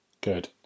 Good